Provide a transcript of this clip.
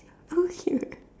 oh sure